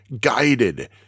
guided